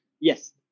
Yes